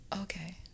okay